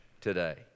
today